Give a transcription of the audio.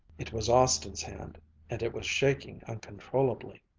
it was austin's hand and it was shaking uncontrollably.